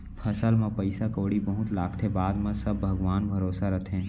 फसल म पइसा कउड़ी बहुत लागथे, बाद म सब भगवान भरोसा रथे